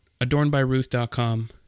adornedbyruth.com